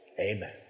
Amen